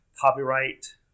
copyright